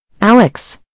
Alex